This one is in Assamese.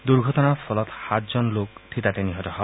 দুৰ্ঘটনাৰ ফলত সাত লোক থিতাতে নিহত হয়